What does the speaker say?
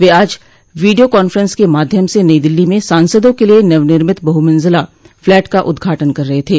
वह आज video conference को माध्यम से नई दिल्ली में सांसदों के लिए नवनिर्मित बहमंजिला फ्लैट का उदघाटन कर रहे थे